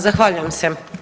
Zahvaljujem se.